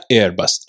Airbus